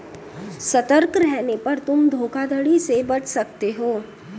सतर्क रहने पर तुम धोखाधड़ी से बच सकते हो